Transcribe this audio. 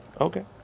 Okay